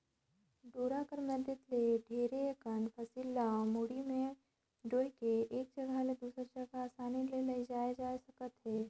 डोरा कर मदेत ले ढेरे अकन फसिल ल मुड़ी मे डोएह के एक जगहा ले दूसर जगहा असानी ले लेइजल जाए सकत अहे